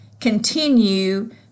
continue